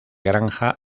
granja